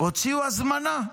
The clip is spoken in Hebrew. והוציאו הזמנה: